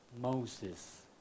Moses